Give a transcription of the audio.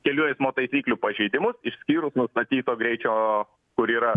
kelių eismo taisyklių pažeidimus išskyrus nustatyto greičio kur yra